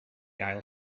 ail